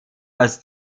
als